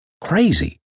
Crazy